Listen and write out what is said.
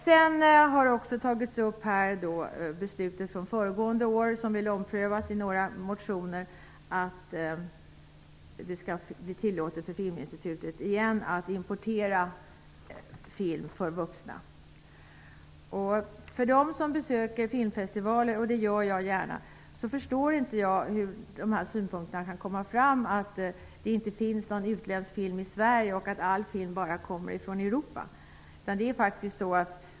Sedan har också beslutet från föregående år tagits upp här. Några motioner vill få till stånd en omprövning, så att det återigen blir tillåtet för Filminstitutet att importera film för vuxna. Jag besöker gärna filmfestivaler, och jag kan inte förstå synpunkterna att det inte finns någon utländsk film i Sverige och att all film bara kommer från Europa.